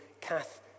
Kath